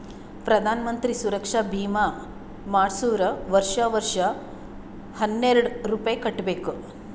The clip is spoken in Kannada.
ಪ್ರಧಾನ್ ಮಂತ್ರಿ ಸುರಕ್ಷಾ ಭೀಮಾ ಮಾಡ್ಸುರ್ ವರ್ಷಾ ವರ್ಷಾ ಹನ್ನೆರೆಡ್ ರೂಪೆ ಕಟ್ಬಬೇಕ್